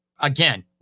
again